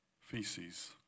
feces